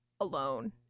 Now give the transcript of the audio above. alone